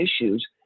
issues